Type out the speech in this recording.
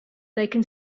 they